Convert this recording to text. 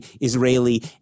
Israeli